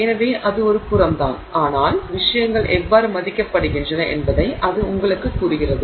எனவே அது ஒரு புறம் தான் ஆனால் விஷயங்கள் எவ்வாறு மதிப்பிடப்படுகின்றன என்பதை அது உங்களுக்குக் கூறுகிறது